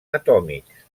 atòmics